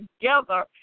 together